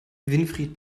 winfried